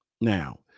Now